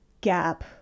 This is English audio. gap